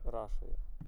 rašo jau